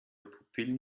pupillen